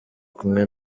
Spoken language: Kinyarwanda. kumwe